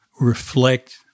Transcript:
reflect